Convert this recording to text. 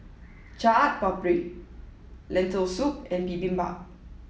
Chaat Papri Lentil Soup and Bibimbap